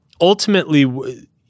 ultimately